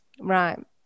right